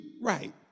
right